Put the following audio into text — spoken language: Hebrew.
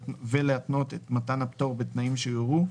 ולהתנות את מתן הפטור בתנאים שיורו,